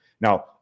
Now